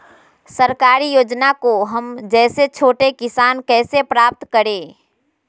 सरकारी योजना को हम जैसे छोटे किसान कैसे प्राप्त करें?